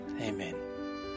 Amen